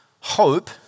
hope